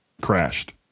crashed